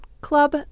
Club